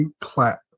clap